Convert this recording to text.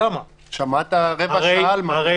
שמעת רבע שעה על מה ולמה.